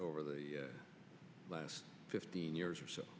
over the last fifteen years or so